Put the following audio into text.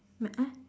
my uh